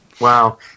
Wow